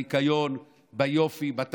בניקיון, ביופי, בתחזוקה?